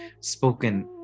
spoken